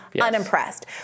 unimpressed